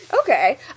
Okay